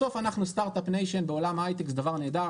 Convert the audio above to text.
בסוף אנחנו סטרטאפ ניישן ובעולם ההייטק זה דבר נהדר,